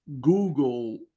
Google